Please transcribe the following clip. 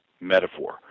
metaphor